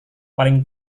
paling